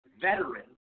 veteran